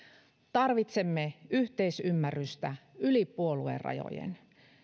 tarvitsemme yhteisymmärrystä yli puoluerajojen